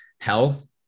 Health